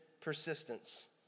persistence